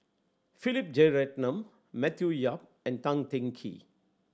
Philip Jeyaretnam Matthew Yap and Tan Teng Kee